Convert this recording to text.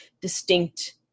distinct